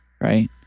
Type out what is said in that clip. right